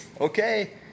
okay